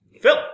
Phil